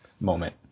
moment